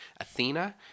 Athena